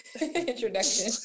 introduction